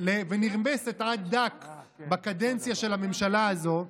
ונרמסת עד דק בקדנציה של הממשלה הזאת,